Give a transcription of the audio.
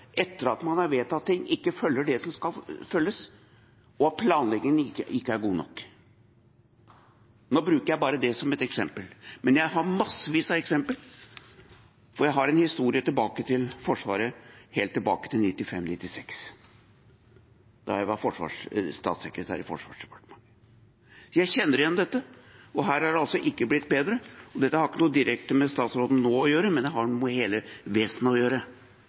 etter at man har vedtatt ting, ikke følger det som skal følges, og at planleggingen ikke er god nok. Nå bruker jeg bare dette som et eksempel, men jeg har massevis av eksempler, for jeg har en historie med Forsvaret helt tilbake til 1995–1996, da jeg var statssekretær i Forsvarsdepartementet. Jeg kjenner igjen dette, og her har det altså ikke blitt bedre. Dette har ikke noe direkte med statsråden nå å gjøre, men det har noe med hele vesenet å gjøre,